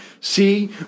See